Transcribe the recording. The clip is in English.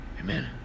Amen